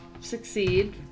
succeed